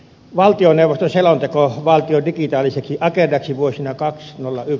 valtioneuvoston selonteko valtion digitaaliseksi agendaksi vuosina kaksi nolla yv